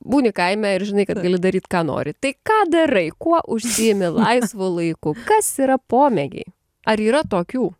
būni kaime ir žinai kad gali daryt ką nori tai ką darai kuo užsiimi laisvu laiku kas yra pomėgiai ar yra tokių